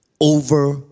over